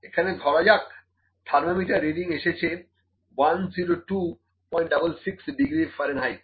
এখানে ধরা যাক থার্মোমিটারে রিডিং এসেছে 10266 ডিগ্রী ফারেনহাইট